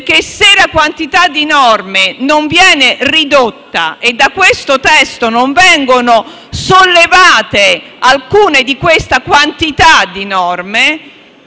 perché se la quantità di norme non viene ridotta e da questo testo non vengono stralciate alcune di queste numerose norme,